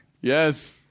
Yes